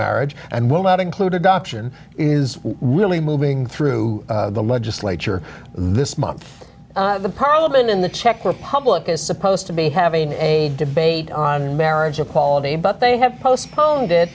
marriage and will not include adoption is really moving through the legislature this month the parliament in the czech republic is supposed to be having a debate on marriage equality but they have postponed it